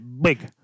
big